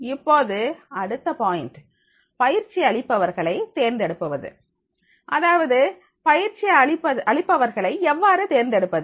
இப்போது அடுத்த பாயிண்ட் பயிற்சி அளிப்பவர்களை தேர்ந்தெடுப்பது அதாவது பயிற்சி அளிப்பவர்களை எவ்வாறு தேர்ந்தெடுப்பது